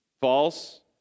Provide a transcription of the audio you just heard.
false